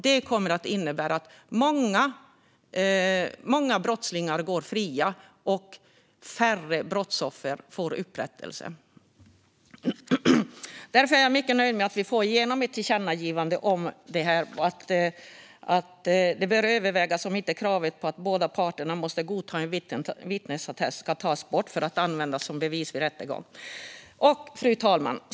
Det kommer att innebära att många brottslingar går fria och att färre brottsoffer får upprättelse. Därför är jag mycket nöjd med att vi kommer att få igenom ett tillkännagivande om att det bör övervägas om inte kravet på att båda parterna måste godta att en vittnesattest används som bevis vid rättegång ska tas bort. Fru talman!